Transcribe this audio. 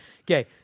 Okay